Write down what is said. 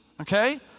Okay